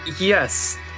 yes